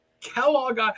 Kellogg